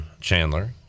Chandler